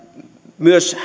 myös